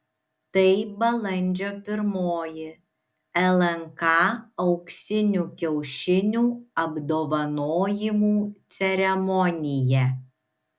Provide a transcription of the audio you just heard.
tai balandžio pirmoji lnk auksinių kiaušinių apdovanojimų ceremonija